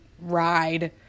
ride